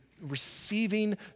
receiving